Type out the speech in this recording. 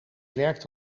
werkt